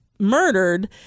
murdered